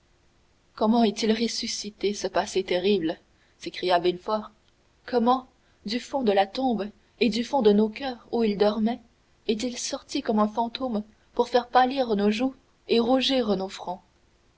comment est-il ressuscité ce passé terrible s'écria villefort comment du fond de la tombe et du fond de nos coeurs où il dormait est-il sorti comme un fantôme pour faire pâlir nos joues et rougir nos